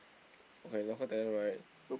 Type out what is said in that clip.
okay local talent right